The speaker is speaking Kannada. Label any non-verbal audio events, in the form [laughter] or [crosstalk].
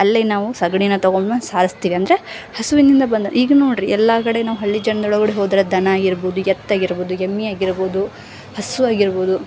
ಅಲ್ಲಿ ನಾವು ಸಗಣಿನ ತೊಗೊಂಡು ಮೇಲೆ ಸಾರಿಸ್ತೀವಿ ಅಂದರೆ ಹಸುವಿನಿಂದ ಬಂದು ಈಗ ನೋಡ್ರಿ ಎಲ್ಲ ಕಡೆ ನಾವು ಹಳ್ಳಿ ಜನ [unintelligible] ಹೋದರೆ ದನ ಇರ್ಬೋದು ಎತ್ತು ಇರ್ಬೋದು ಎಮ್ಮೆಯಾಗಿರ್ಬೋದು ಹಸು ಆಗಿರ್ಬೋದು